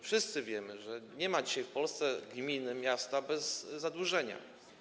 Wszyscy wiemy, że nie ma dzisiaj w Polsce gminy, miasta bez zadłużenia.